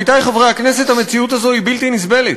עמיתי חברי הכנסת, המציאות הזאת היא בלתי נסבלת.